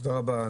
תודה רבה.